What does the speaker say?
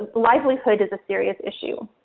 livelihood is a serious issue.